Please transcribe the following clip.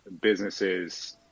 businesses